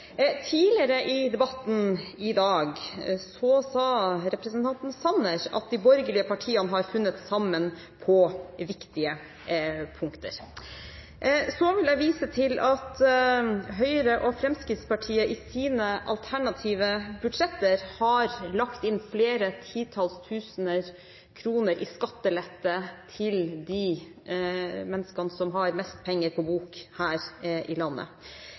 Tidligere i debatten i dag sa representanten Sanner at de borgerlige partiene har funnet sammen på viktige punkter. Så vil jeg vise til at Høyre og Fremskrittspartiet i sine alternative budsjett har lagt inn flere titalls tusen kroner i skattelette til de menneskene som har mest penger på bok her i landet.